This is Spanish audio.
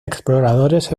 exploradores